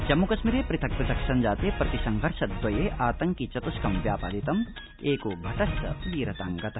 जम्मूकश्मीरे पृथक् पृथक् संजाते प्रतिसंघर्षद्वये आतंकि चतुष्कं व्यापादितं एको भा इच वीरतां गत